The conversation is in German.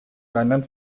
rheinland